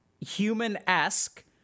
human-esque